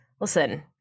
listen